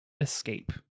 escape